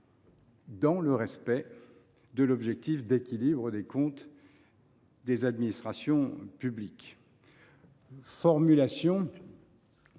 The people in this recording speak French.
dans le respect de l’objectif d’équilibre des comptes des administrations publiques. Cette formulation